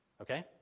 Okay